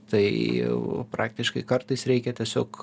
tai praktiškai kartais reikia tiesiog